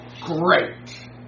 Great